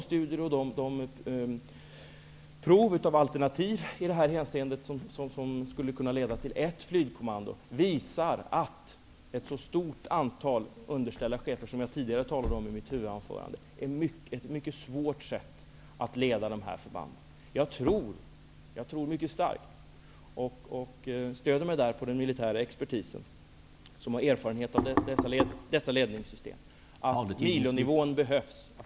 Studier och prov av alternativ som skulle kunna leda till ett flygkommando visar att ett så stort antal underställda chefer är ett mycket svårt sätt att leda förbanden. Jag tror mycket starkt, och stöder mig där på den militära expertisen som har erfarenhet av dessa ledningssystem, att MILO-nivån behövs.